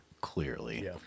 clearly